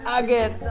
again